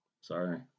Sorry